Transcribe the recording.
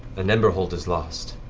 and emberhold is lost,